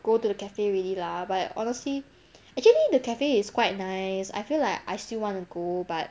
go to the cafe already lah but honestly actually the cafe is quite nice I feel like I still wanna go but